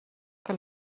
que